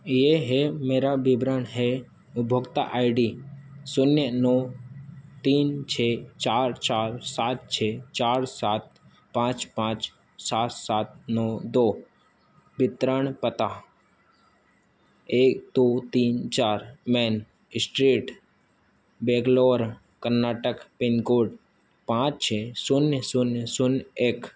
यह है मेरा विवरण है उपभोक्ता आई डी शून्य नौ तीन छः चार चार सात छः चार सात पाँच पाँच सात सात नौ दो वितरण पता एक दो तीन चार main street Bangalore Karnataka pin code पाँच छः शून्य शून्य शून्य एक